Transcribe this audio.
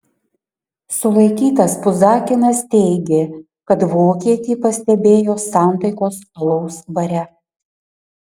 sulaikytas puzakinas teigė kad vokietį pastebėjo santaikos alaus bare